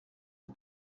est